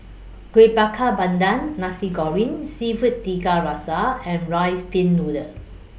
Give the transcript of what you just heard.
Kueh Bakar Pandan Nasi Goreng Seafood Tiga Rasa and Rice Pin Noodles